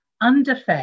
underfed